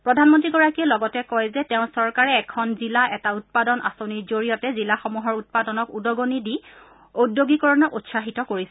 প্ৰধানমন্ত্ৰীগৰাকীয়ে লগতে কয় যে তেওঁৰ চৰকাৰে এখন জিলা এটা উৎপাদন আঁচনিৰ জৰিয়তে জিলাসমূহৰ উৎপাদনক উদগনি দি ঔদ্যোগীকৰণক উৎসাহিত কৰিছে